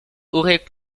aurait